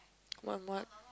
on what